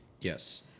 Yes